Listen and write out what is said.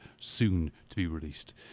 soon-to-be-released